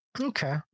Okay